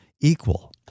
equal